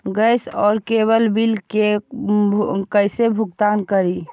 Gas और cable bill के कैसे भुगतान करी?